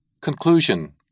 Conclusion